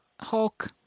Hulk